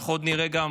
אנחנו עוד נראה גם